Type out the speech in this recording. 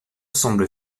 semble